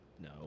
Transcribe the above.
No